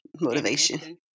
Motivation